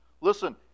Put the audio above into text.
Listen